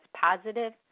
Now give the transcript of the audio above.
positive